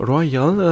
Royal